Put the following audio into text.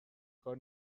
کار